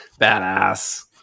badass